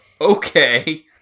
Okay